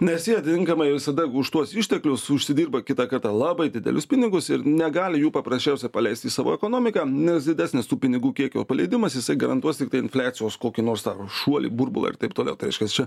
nes jie tinkamai visada už tuos išteklius užsidirba kitą kartą labai didelius pinigus ir negali jų paprasčiausia paleisti į savo ekonomiką nes didesnis tų pinigų kiekio paleidimas jisai garantuos tiktai infliacijos kokį nors tą šuolį burbulą ir taip toliau tai reiškias čia